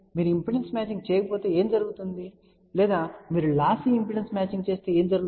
మీరు impedance matching చేయకపోతే నిజంగా ఏమి జరుగుతుంది లేదా మీరు లాస్సీ ఇంపిడెన్స్ మ్యాచింగ్ చేస్తే ఏమి జరుగుతుంది